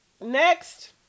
next